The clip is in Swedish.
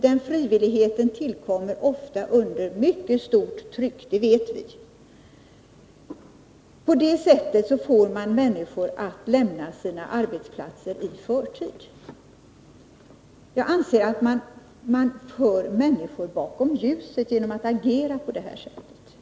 Den frivilligheten tillkommer ofta under mycket stort tryck, det vet vi. På det sättet får man människor att lämna sina arbetsplatser i förtid. Jag anser att man för människor bakom ljuset genom att agera på ett sådant här sätt.